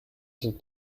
sind